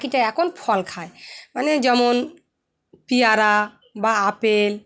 পাখিটা এখন ফল খায় মানে যেমন পেয়ারা বা আপেল